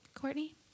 Courtney